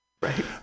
right